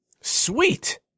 Sweet